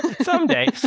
Someday